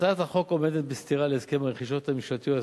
הצעת החוק עומדת בסתירה להסכם הרכישות הממשלתיות,